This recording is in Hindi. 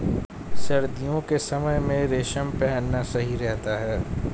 सर्दियों के समय में रेशम पहनना सही रहता है